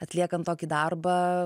atliekant tokį darbą